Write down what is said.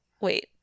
Wait